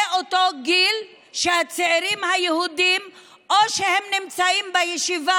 זה אותו גיל שבו הצעירים היהודים או שהם נמצאים בישיבה